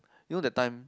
you know that time